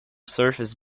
surface